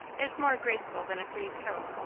is more graceful than a frieze coat.